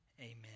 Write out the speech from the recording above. Amen